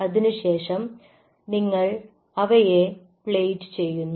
അതിനുശേഷം നിങ്ങൾ അവയെ പ്ലേറ്റ് ചെയ്യുന്നു